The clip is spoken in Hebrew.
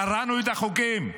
קראנו את החוקים,